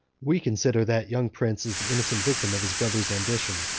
we consider that young prince as the innocent victim of his brother's ambition,